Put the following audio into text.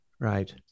right